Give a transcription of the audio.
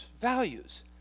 values